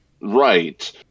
right